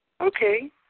Okay